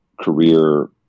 career